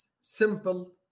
simple